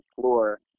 floor